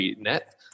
Net